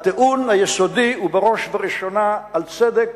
הטיעון היסודי הוא בראש ובראשונה על צדק,